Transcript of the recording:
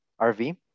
RV